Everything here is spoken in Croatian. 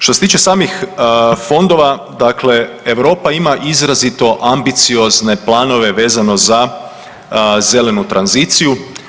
Što se tiče samih fondova dakle Europa ima izrazito ambiciozne planove vezano za zelenu tranziciju.